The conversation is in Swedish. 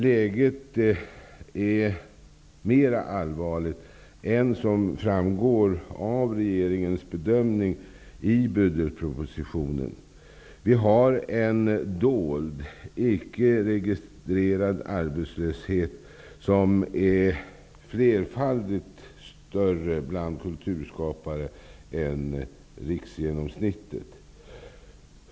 Läget är mera allvarligt än vad som framgår av regeringens bedömning i budgetpropositionen. Vi har en dold, icke registrerad, arbetslöshet, som är flerfaldigt större bland kulturskapare än hos riksgenomsnittet.